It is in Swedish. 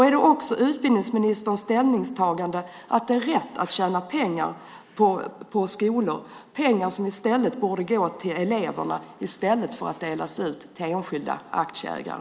Är utbildningsministerns ställningstagande också att det är rätt att tjäna pengar på skolor, pengar som borde gå till eleverna i stället för att delas ut till enskilda aktieägare?